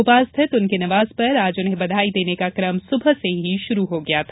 भोपाल स्थित उनके निवास पर आज उन्हें बधाई देने का क्रम सुबह से ही शुरू हो गया था